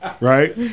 right